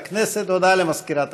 תודה.